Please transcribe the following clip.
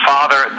Father